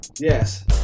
Yes